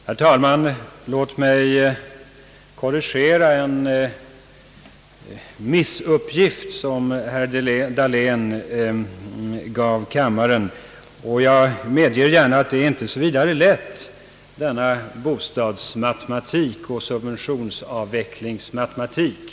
Herr talman! Låt mig korrigera en felaktig uppgift, som herr Dahlén gav kammaren. Jag medger gärna att det inte är så lätt med denna bostadsmatematik och subventionsavvecklingsmatematik.